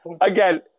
again